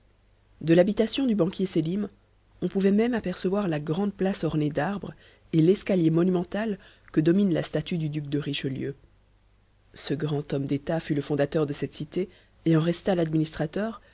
de l'habitation du banquier sélim on pouvait même apercevoir la grande place ornée d'arbres et l'escalier monumental que domine la statue du duc de richelieu ce grand homme d'état fut le fondateur de cette cité et en resta l'administrateur